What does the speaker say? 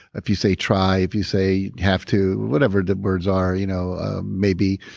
if you say try if you say have to, whatever the words are, you know ah maybe,